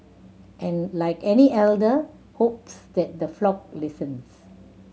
and like any elder hopes that the flock listens